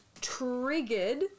triggered